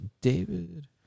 david